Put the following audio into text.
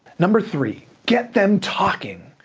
number three, get them talking.